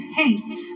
hate